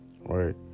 Right